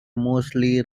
mostly